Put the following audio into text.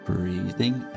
Breathing